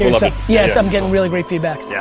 yourself. yeah, i'm getting really great feedback. yeah